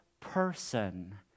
person